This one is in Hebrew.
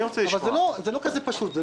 זה לא כל כך פשוט,